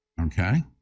Okay